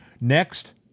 Next